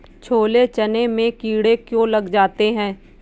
छोले चने में कीड़े क्यो लग जाते हैं?